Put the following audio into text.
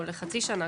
או לחצי שנה,